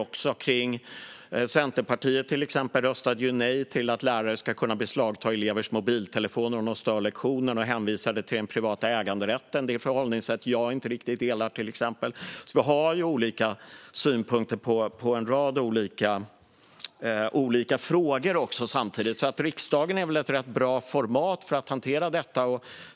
Centerpartiet röstade exempelvis nej till att lärare ska kunna beslagta elevers mobiltelefoner om de stör lektionerna och hänvisade till den privata äganderätten. Det är ett förhållningssätt som jag inte riktigt delar. Vi har som sagt olika synpunkter i en rad frågor. Riksdagen är därför ett bra format för att hantera det.